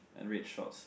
and red shorts